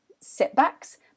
setbacks